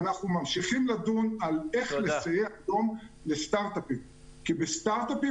ואנחנו ממשיכים לדון בשאלה איך לסייע היום לסטארטאפים כי בסטארטאפים